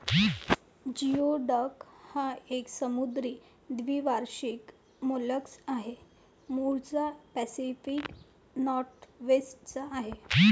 geoduck हा एक समुद्री द्वैवार्षिक मोलस्क आहे, मूळचा पॅसिफिक नॉर्थवेस्ट चा आहे